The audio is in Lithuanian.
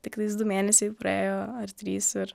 tiktais du mėnesiai praėjo ar trys ir